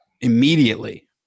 immediately